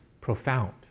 profound